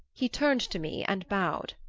he turned to me and bowed.